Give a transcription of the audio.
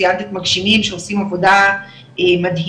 ציינת את מגשימים שעושים עבודה מדהימה